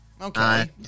Okay